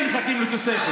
זאת פגיעה.